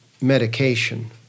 medication